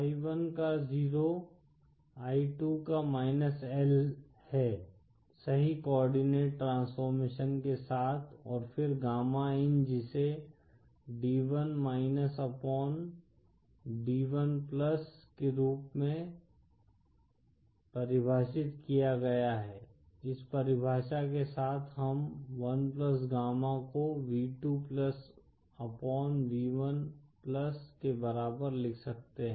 तो i1 का 0 i2 का -L है सही कोआर्डिनेट ट्रासफोर्मशन के साथ और फिर गामा इन जिसे d1 अपॉन d1 के रूप में परिभाषित किया गया है इस परिभाषा के साथ हम 1गामा को v2अपॉन v1 के बराबर लिख सकते हैं